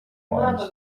wanjye